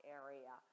area